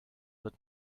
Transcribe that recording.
wird